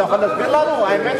יבקשו לוותר על הארבע דקות שלי.